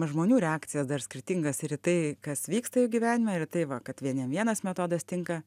žmonių reakcijas dar skirtingas ir į tai kas vyksta jų gyvenime ir tai va kad vieniem vienas metodas tinka